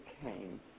came